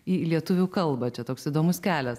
į lietuvių kalbą čia toks įdomus kelias